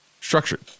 structured